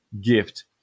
gift